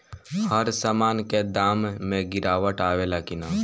हर सामन के दाम मे गीरावट आवेला कि न?